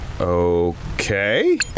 Okay